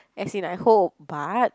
as in I hope but